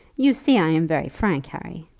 you see i am very frank, harry.